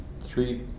three